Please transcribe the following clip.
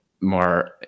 more